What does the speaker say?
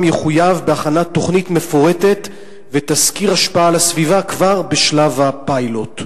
יחויב בהכנת תוכנית מפורטת ותסקיר השפעה על הסביבה כבר בשלב הפיילוט?